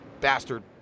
bastard